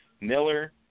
Miller